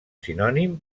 sinònim